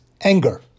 anger